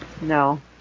No